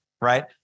right